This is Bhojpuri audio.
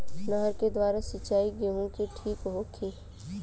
नहर के द्वारा सिंचाई गेहूँ के ठीक होखि?